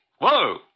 Whoa